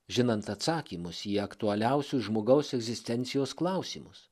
žinant atsakymus į aktualiausius žmogaus egzistencijos klausimus